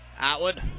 Atwood